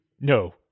no